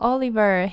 Oliver